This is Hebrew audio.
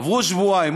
עברו שבועיים.